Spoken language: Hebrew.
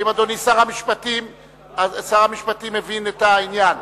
האם אדוני שר המשפטים מבין את העניין?